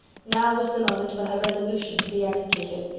now was the moment for her resolution to be executed,